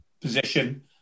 position